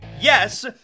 Yes